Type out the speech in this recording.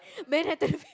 Manhattan Fish